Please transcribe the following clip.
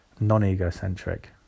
non-egocentric